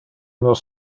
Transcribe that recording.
nos